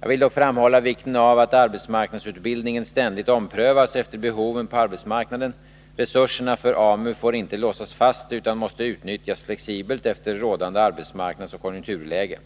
Jag vill dock framhålla vikten av att arbetsmarknadsutbildningen ständigt omprövas efter behoven på arbetsmarknaden. Resurserna för AMU får inte låsas fast, utan måste utnyttjas flexibelt efter rådande arbetsmarknadsoch konjunkturläge.